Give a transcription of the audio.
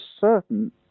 certain